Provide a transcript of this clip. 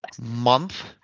month